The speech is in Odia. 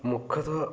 ମୁଖ୍ୟତଃ